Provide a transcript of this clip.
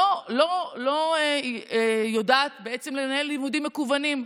לא יודעת בעצם לנהל לימודים מקוונים.